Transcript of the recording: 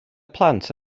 plant